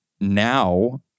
now